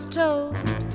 told